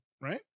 right